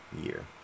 year